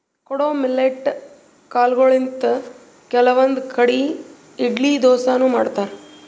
ಕೊಡೊ ಮಿಲ್ಲೆಟ್ ಕಾಲ್ಗೊಳಿಂತ್ ಕೆಲವಂದ್ ಕಡಿ ಇಡ್ಲಿ ದೋಸಾನು ಮಾಡ್ತಾರ್